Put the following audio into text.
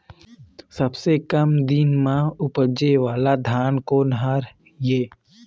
सबसे कम दिन म उपजे वाला धान कोन हर ये?